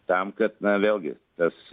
tam kad na vėlgi tas